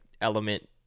element